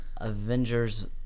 Avengers